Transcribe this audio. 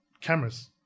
cameras